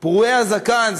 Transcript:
פרועי הזקן,